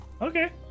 Okay